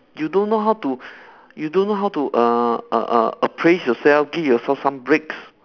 you don't know how to you don't know how to uh uh uh appraise yourself give yourself some breaks